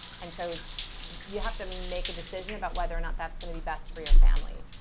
and so you have to make a decision about whether or not that's going to be best for your family.